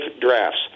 drafts